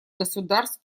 государств